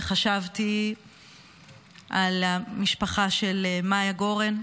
וחשבתי על המשפחה של מיה גורן,